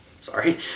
Sorry